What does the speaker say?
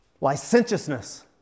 licentiousness